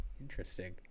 Interesting